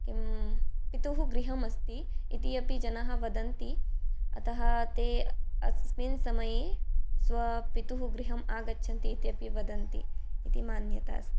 किं पितुः गृहमस्ति इति अपि जनाः वदन्ति अतः ते अस्मिन् समये स्वपितुः गृहम् आगच्छन्ति इति अपि वदन्ति इति मान्यता अस्ति